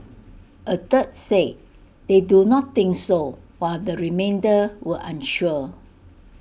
A third said they do not think so while the remainder were unsure